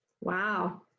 Wow